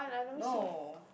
no